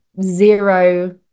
zero